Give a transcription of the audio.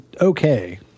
okay